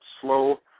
slow